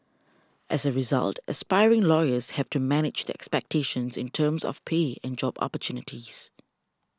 as a result aspiring lawyers have to manage their expectations in terms of pay and job opportunities